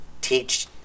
teach